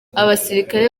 abasirikare